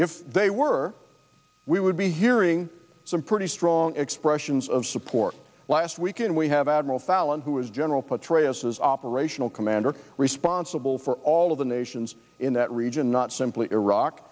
if they were we would be hearing some pretty strong expressions of support last weekend we have admiral fallon who is general petraeus as operational commander responsible for all of the nations in that region not simply iraq